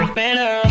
better